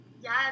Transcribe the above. Yes